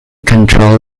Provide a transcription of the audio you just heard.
controlled